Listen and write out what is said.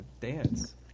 dance